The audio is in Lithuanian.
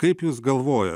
kaip jūs galvojat